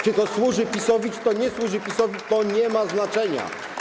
Czy to służy PiS-owi, czy to nie służy PiS-owi - to nie ma znaczenia.